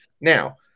Now